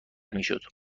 میشد